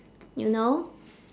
you know